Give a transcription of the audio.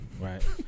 right